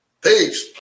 Peace